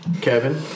Kevin